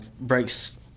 breaks